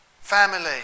family